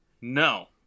No